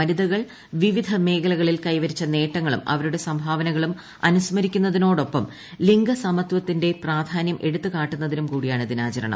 വനിതകൾ വിവിധ മേഖലകളിൽ കൈവരിച്ച നേട്ടങ്ങളും അവരുടെ സംഭാവനകളും അനുസ്മരിക്കുന്നതോടൊപ്പം ലിംഗസമത്വത്തിന്റെ പ്രാധാന്യം എടുത്തുകാട്ടുന്നതിനും കൂടിയാണ് ദിനാചരണം